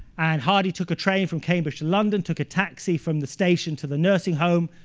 and hardy took a train from cambridge to london, took a taxi from the station to the nursing home,